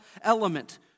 element